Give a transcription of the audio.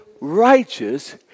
righteous